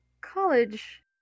college